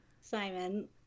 Simon